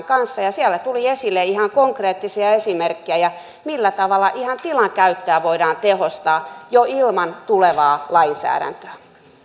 kanssa ja siellä tuli esille ihan konkreettisia esimerkkejä millä tavalla ihan tilankäyttöä voidaan tehostaa jo ilman tulevaa lainsäädäntöä